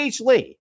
Lee